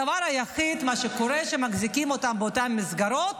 הדבר היחיד שקורה הוא שמחזיקים אותם באותן מסגרות